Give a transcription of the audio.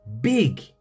big